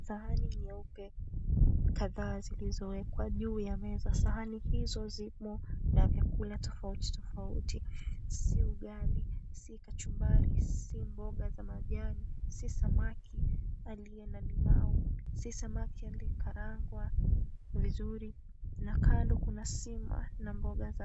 Sahani nyeupe kadhaa zilizowekwa juu ya meza. Sahani hizo zimo na vyakula tofauti tofauti. Si ugali, si kachumbari, si mboga za majani, si samaki aliye na limau, si samaki aliye karangwa vizuri na kando kuna sima na mboga za.